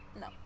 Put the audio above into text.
no